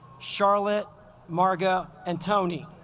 charlotte marga and tony